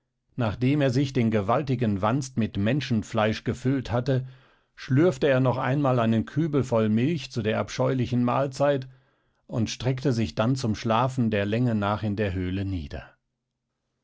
nachdem er sich den gewaltigen wanst mit menschenfleisch gefüllt hatte schlürfte er noch einmal einen kübel voll milch zu der abscheulichen mahlzeit und streckte sich dann zum schlafen der länge nach in der höhle nieder